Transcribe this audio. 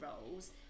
roles